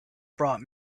brought